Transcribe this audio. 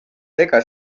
ega